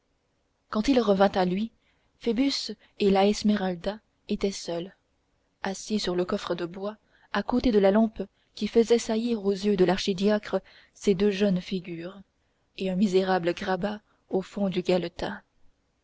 quand il revint à lui phoebus et la esmeralda étaient seuls assis sur le coffre de bois à côté de la lampe qui faisait saillir aux yeux de l'archidiacre ces deux jeunes figures et un misérable grabat au fond du galetas